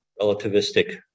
relativistic